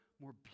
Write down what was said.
more